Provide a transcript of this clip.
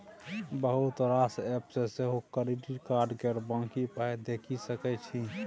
बहुत रास एप्प सँ सेहो क्रेडिट कार्ड केर बाँकी पाइ देखि सकै छी